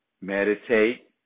Meditate